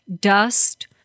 dust